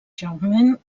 germain